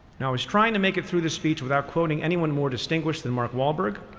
now i was trying to make it through this speech without quoting anyone more distinguished than mark wahlberg,